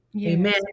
amen